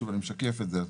אני משקף את זה.